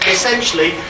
Essentially